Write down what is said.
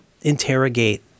interrogate